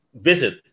visit